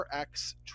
RX